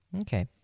Okay